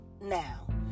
now